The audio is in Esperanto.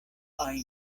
ajn